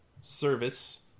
service